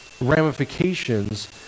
ramifications